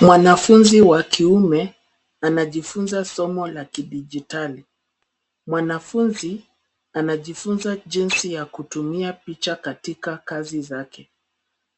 Mwanafunzi wa kiume anajifunza somo la kidijitali. Mwanafunzi anajifunza jinsi ya kutumia picha katika kazi zake.